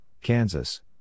Kansas